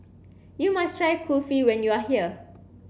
you must try Kulfi when you are here